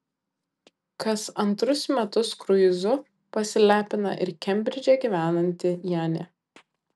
kas antrus metus kruizu pasilepina ir kembridže gyvenanti janė